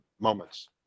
moments